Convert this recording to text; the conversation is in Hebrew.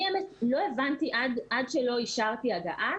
עד שלא אישרתי הגעה,